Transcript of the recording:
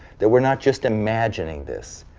that we're not just imagining this?